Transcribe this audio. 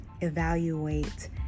evaluate